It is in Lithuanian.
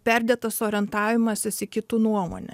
perdėtas orientavimasis į kitų nuomonę